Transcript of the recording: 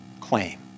claim